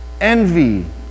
envy